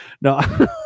No